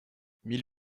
mille